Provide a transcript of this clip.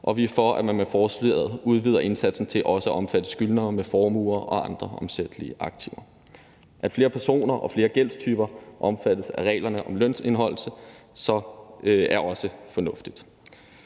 og vi er for, at man med forslaget udvider indsatsen til også at omfatte skyldnere med formuer og andre omsættelige aktiver. At flere personer og flere gældstyper omfattes af reglerne om lønindeholdelse, er også fornuftigt.